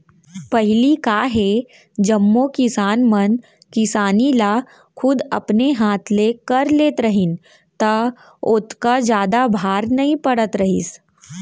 पहिली का हे जम्मो किसान मन किसानी ल खुद अपने हाथ ले कर लेत रहिन त ओतका जादा भार नइ पड़त रहिस